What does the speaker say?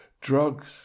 drugs